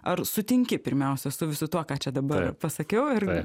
ar sutinki pirmiausia su visu tuo ką čia dabar pasakiau ir